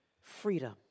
freedom